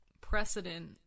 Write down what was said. precedent